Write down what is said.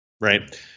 right